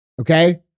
Okay